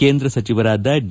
ಕೇಂದ್ರ ಸಚಿವರಾದ ಡಿ